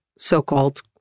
so-called